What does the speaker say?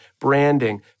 branding